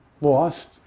lost